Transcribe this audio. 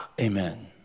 Amen